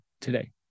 today